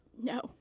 No